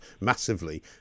massively